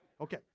Okay